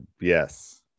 yes